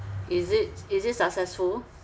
is it is it successful